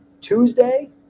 Tuesday